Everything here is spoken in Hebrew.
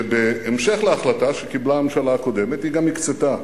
שבהמשך להחלטה שקיבלה הממשלה הקודמת, היא גם הקצתה